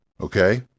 Okay